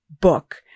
book